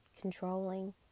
controlling